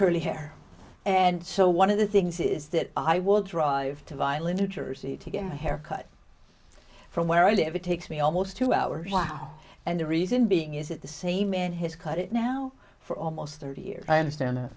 curly hair and so one of the things is that i will drive to violin to jersey to get my hair cut from where i live it takes me almost two hours well and the reason being is that the same man his credit now for almost thirty years i understand